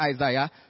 Isaiah